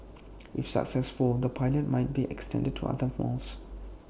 if successful the pilot might be extended to other malls